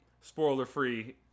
spoiler-free